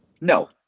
No